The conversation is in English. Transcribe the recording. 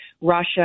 Russia